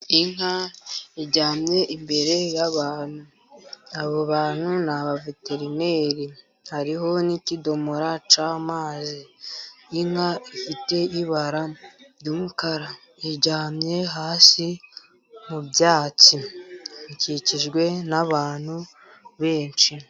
nka iryamye imbere y'abantu ni abaveterineri hariho n'ikidomora cy'amazi, inka ifite ibara ry'umukara, iryamye hasi mu byatsi, ikikijwe n'abantu benshi.